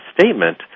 statement